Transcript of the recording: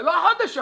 זה לא חודש אחד.